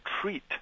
treat